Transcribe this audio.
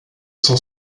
sont